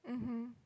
mmhmm